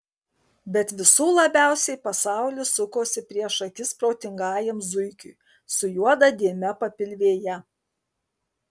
bet visų labiausiai pasaulis sukosi prieš akis protingajam zuikiui su juoda dėme papilvėje